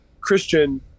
christian